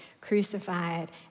crucified